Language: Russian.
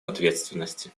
ответственности